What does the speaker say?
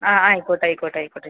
ആ ആയിക്കോട്ടെ ആയിക്കോട്ടെ ആയിക്കോട്ടെ